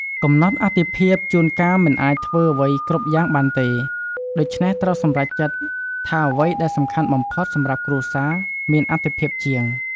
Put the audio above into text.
កំណត់អាទិភាព ជួនកាលមិនអាចធ្វើអ្វីគ្រប់យ៉ាងបានទេ ដូច្នេះត្រូវសម្រេចចិត្តថាអ្វីដែលសំខាន់បំផុតសម្រាប់គ្រួសារ មានអទិភាពជាង។